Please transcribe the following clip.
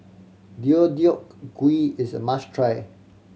Deodeok Gui is a must try